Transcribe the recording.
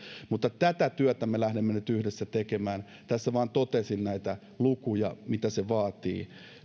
tätä työtä me lähdemme nyt yhdessä tekemään tässä vain totesin näitä lukuja mitä se vaatii